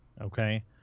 okay